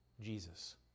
Jesus